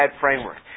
framework